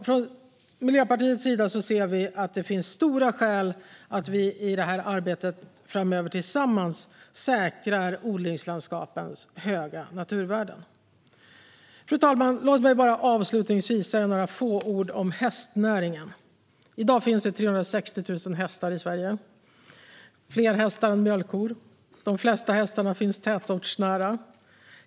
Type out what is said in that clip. Från Miljöpartiets sida ser vi att det finns starka skäl för att i arbetet framöver tillsammans säkra odlingslandskapens höga naturvärden. Fru talman! Låt mig avslutningsvis säga några få ord om hästnäringen. I dag finns 360 000 hästar i Sverige. Det finns fler hästar än mjölkkor. De flesta hästarna finns tätortsnära.